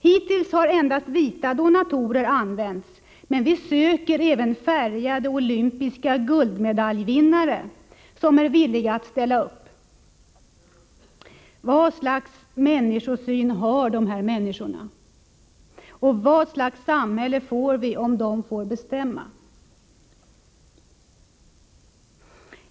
Hittills har endast vita donatorer använts men vi söker även färgade olympiska guldmedaljvinnare som är villiga att ställa upp.” Vad för slags människosyn har dessa människor? Vilket slags samhälle får vi om de får bestämma?